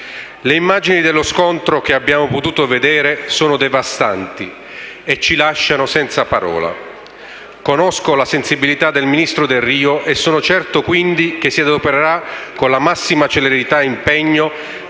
Le immagini dello scontro che abbiamo potuto vedere sono devastanti e ci lasciano senza parole. Conosco la sensibilità del ministro Delrio e sono certo, quindi, che si adopererà con la massima celerità e il